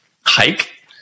hike